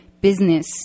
business